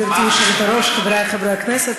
גברתי היושבת-ראש, חברי חברי הכנסת,